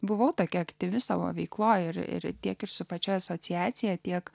buvau tokia aktyvi savo veikloje ir tiek ir su pačia asociacija tiek